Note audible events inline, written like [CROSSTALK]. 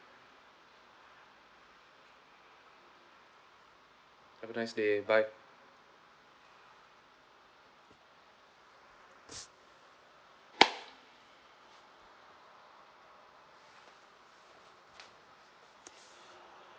have a nice day bye [NOISE]